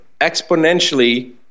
exponentially